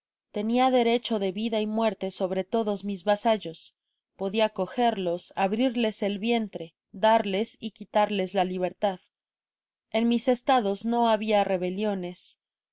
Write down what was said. derecho de vida y muerte sobre todos mis vasallos podia cogerlos abrirles el vientre darles y quitarles la libertad en mis estados no habia rebeliones